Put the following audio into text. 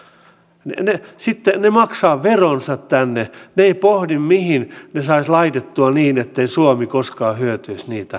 en uskalla sellaista luvata mutta sen uskallan luvata että se ohjeistus pyritään tekemään niin selkeäksi kuin on suinkin mahdollista